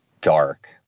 dark